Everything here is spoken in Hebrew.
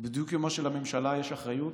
בדיוק כמו שלממשלה יש אחריות